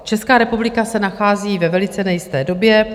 Česká republika se nachází ve velice nejisté době.